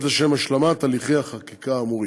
לשם השלמת הליכי החקיקה האמורים.